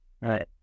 Right